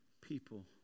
people